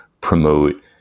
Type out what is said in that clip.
promote